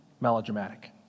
melodramatic